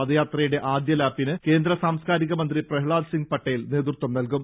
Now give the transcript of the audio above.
പദയാത്രയുടെ ആദ്യലാപ്പിന് കേന്ദ്ര സാംസ്കാരിക മന്ത്രി പ്രഹ്ലാദ് സിംഗ് പട്ടേൽ നേതൃത്വം നൽകും